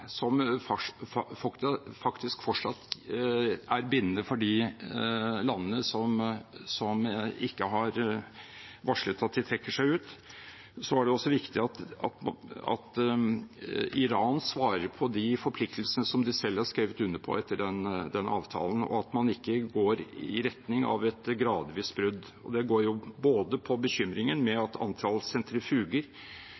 som faktisk fortsatt er bindende for de landene som ikke har varslet at de trekker seg ut, vil jeg si at det er også viktig at Iran svarer på de forpliktelsene som de selv har skrevet under på etter denne avtalen, og at man ikke går i retning av et gradvis brudd. Det går både på bekymringen